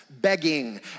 begging